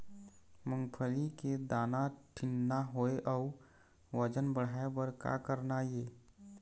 मूंगफली के दाना ठीन्ना होय अउ वजन बढ़ाय बर का करना ये?